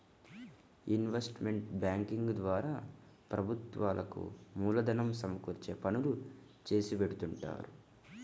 investment banking ద్వారా ప్రభుత్వాలకు మూలధనం సమకూర్చే పనులు చేసిపెడుతుంటారు